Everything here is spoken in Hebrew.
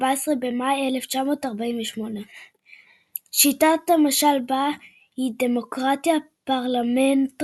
14 במאי 1948. שיטת הממשל בה היא דמוקרטיה פרלמנטרית.